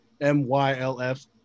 M-Y-L-F